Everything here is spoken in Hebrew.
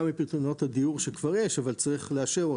גם מפתרונות הדיור שכבר יש אבל צריך לאשר אותם.